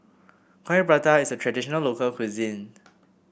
Coin Prata is a traditional local cuisine